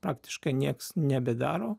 praktiškai nieks nebedaro